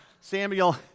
Samuel